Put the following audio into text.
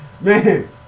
man